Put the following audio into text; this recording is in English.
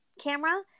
camera